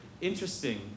interesting